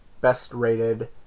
best-rated